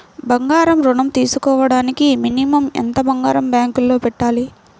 బంగారం ఋణం తీసుకోవడానికి మినిమం ఎంత బంగారం బ్యాంకులో పెట్టాలి?